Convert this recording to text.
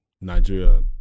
Nigeria